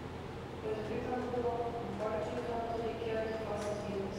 kad ir kaip ten buvo ankoridžui tuo metu reikėjo tikros didvyrės